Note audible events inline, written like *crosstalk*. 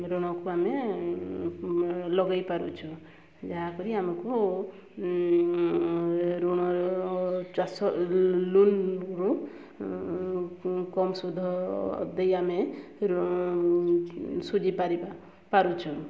ଋଣକୁ ଆମେ ଲଗେଇ ପାରୁଛୁ ଯାହାକରି ଆମକୁ ଋଣର ଚାଷ ଲୋନରୁ କମ୍ ସୁଧ ଦେଇ *unintelligible* ଋଣ ଶୁଝିବା ପାରିବା ପାରୁଛୁ